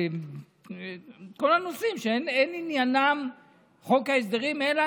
כל הנושאים שאין עניינם חוק ההסדרים אלא